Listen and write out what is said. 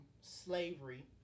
slavery